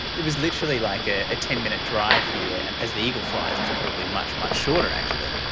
it was literally like a ah ten minute drive here, and as the eagle flies it's probably much, much shorter actually.